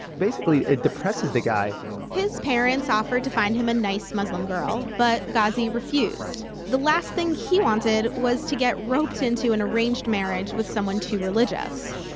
basically it depresses the guy his parents offered to find him a nice muslim girl, but ghazi refused. the last thing he wanted, was to get roped in to an arranged marriage with someone too religious.